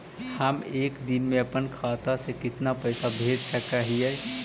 हम एक दिन में अपन खाता से कितना पैसा भेज सक हिय?